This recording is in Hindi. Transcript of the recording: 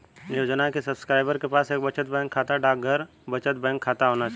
योजना के सब्सक्राइबर के पास एक बचत बैंक खाता, डाकघर बचत बैंक खाता होना चाहिए